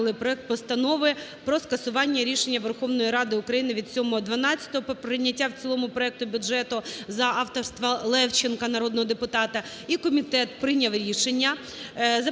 проект Постанови про скасування рішення Верховної Ради України від 07.12 про прийняття в цілому проекту бюджету за авторства Левченка народного депутата, і комітет прийняв рішення